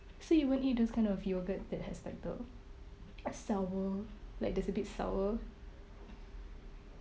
so you won't eat those kind of yogurt that has like the sour like there's a bit sour